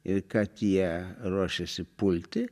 ir kad jie ruošiasi pulti